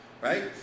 right